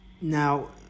Now